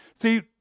See